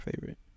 favorite